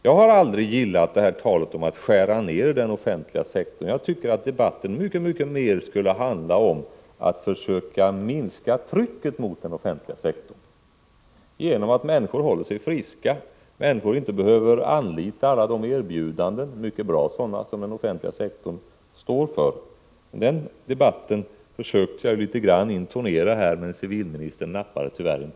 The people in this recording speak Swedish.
Jag har aldrig gillat talet om att skära ned i den offentliga sektorn, och jag tycker att debatten mycket mer skall handla om att försöka minska trycket mot den offentliga sektorn genom att människor håller sig friska och inte behöver anlita de erbjudanden — mycket bra sådana — som den står för. Den debatten försökte jag litet grand intonera här, men civilministern nappade tyvärr inte.